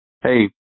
hey